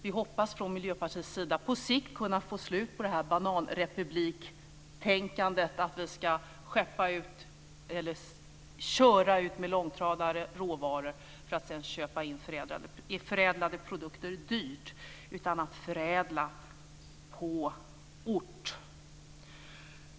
Vi hoppas från Miljöpartiets sida att på sikt få slut på bananrepubliktänkandet, att man ska köra ut råvaror med långtradare för att sedan köpa in förädlade produkter dyrt, utan att man ska förädla på ort.